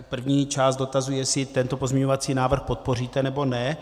První část dotazu jestli tento pozměňovací návrh podpoříte, nebo ne.